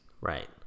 Right